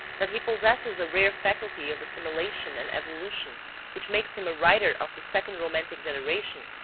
that he possesses a rare faculty of assimilation and evolution which makes him a writer of the second romantic generation,